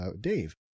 Dave